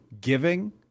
giving